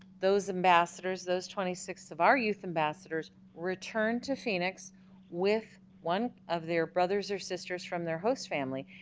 those ambassadors those twenty six of our youth ambassadors returned to phoenix with one of their brothers or sisters from their host family,